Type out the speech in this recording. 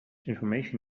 information